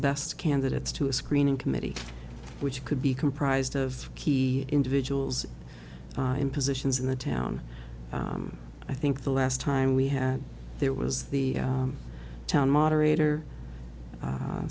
best candidates to a screening committee which could be comprised of key individuals in positions in the town i think the last time we had there was the town moderator